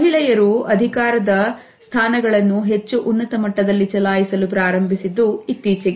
ಮಹಿಳೆಯರು ಅಧಿಕಾರದ ಸ್ಥಾನಗಳನ್ನು ಹೆಚ್ಚು ಉನ್ನತಮಟ್ಟದಲ್ಲಿ ಚಲಾಯಿಸಲು ಪ್ರಾರಂಭಿಸಿದ್ದು ಇತ್ತೀಚೆಗೆ